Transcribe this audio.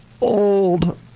Old